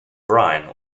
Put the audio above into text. brine